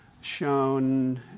shown